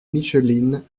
micheline